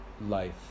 life